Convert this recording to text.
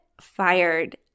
fired